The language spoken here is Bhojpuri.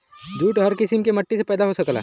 जूट हर किसिम के मट्टी में पैदा हो सकला